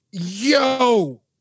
Yo